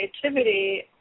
creativity